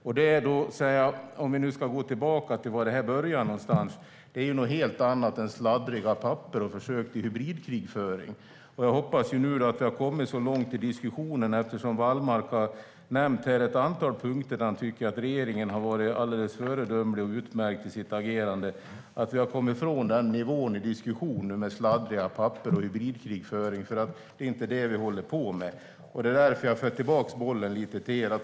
Om vi nu ska gå tillbaka till var detta börjar är det något helt annat än sladdriga papper och försök till hybridkrigföring. Eftersom Wallmark nämnde ett antal punkter där han tycker att regeringen har varit alldeles föredömlig och utmärkt i sitt agerande hoppas jag nu att vi har kommit ifrån den nivån på diskussionen. Det är inte sladdriga papper och hybridkrigföring vi håller på med. Jag vill därför bolla tillbaka till er.